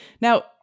Now